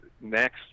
next